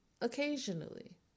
occasionally